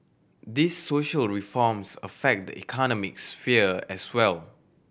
these social reforms affect the economic sphere as well